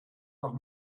doch